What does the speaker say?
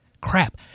crap